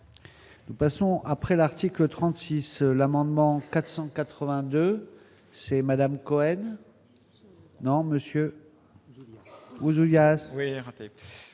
nous passons après l'article 36 l'amendement 482 c'est Madame Cohen non Monsieur Oizo, il y a. Oui, raté,